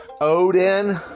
Odin